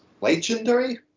Legendary